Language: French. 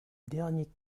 dernier